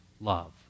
love